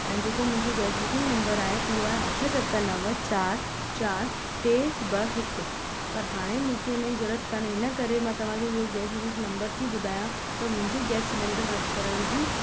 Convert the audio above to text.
ऐं जेको मुंहिंजो गैस बुकिंग नंबर आहे उहा आहे अठ सत नव चारि चारि टे ॿ हिकु पर हाणे मूंखे उन ई ज़रूरत कोन्हे हिन करे मां तव्हांखे इहो गैस बुकिंग नंबर थी ॿुधायां त मुंहिंजो गैस सिलेंडर रद करण जी